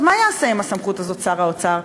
עכשיו, מה יעשה עם הסמכות הזאת שר האוצר?